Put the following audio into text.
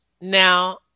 Now